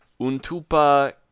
Untupa